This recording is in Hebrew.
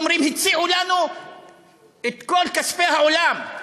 אומרים: הציעו לנו את כל כספי העולם.